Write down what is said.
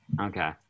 Okay